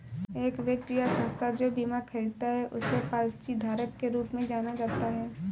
एक व्यक्ति या संस्था जो बीमा खरीदता है उसे पॉलिसीधारक के रूप में जाना जाता है